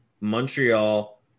Montreal